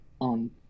on